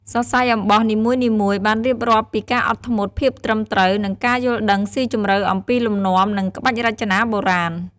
សរសៃអំបោះនីមួយៗបានរៀបរាប់ពីការអត់ធ្មត់ ភាពត្រឹមត្រូវ និងការយល់ដឹងស៊ីជម្រៅអំពីលំនាំ និងក្បាច់រចនាបុរាណ។